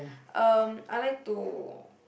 um I like to